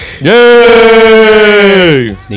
Yay